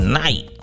night